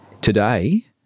Today